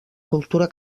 cultura